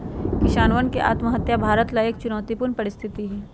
किसानवन के आत्महत्या भारत ला एक चुनौतीपूर्ण परिस्थिति हई